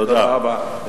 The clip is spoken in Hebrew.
תודה רבה.